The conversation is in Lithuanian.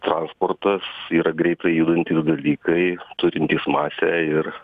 transportas yra greitai judantys dalykai turintys masę ir